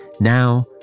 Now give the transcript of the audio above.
Now